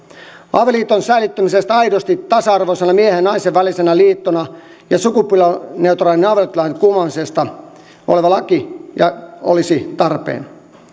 avioliiton säilyttämisestä aidosti tasa arvoisena miehen ja naisen välisenä liittona ja sukupuolineutraalin avioliittolain kumoamisesta oleva laki olisi tarpeen